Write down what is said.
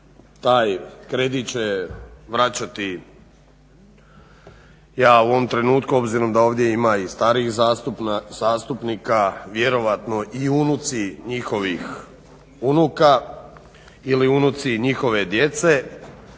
taj kredit će vraćati ja u ovom trenutku obzirom da ovdje ima i starijih zastupnika vjerojatno i unuci njihovih unuka ili unuci njihove djece.